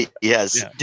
Yes